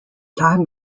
time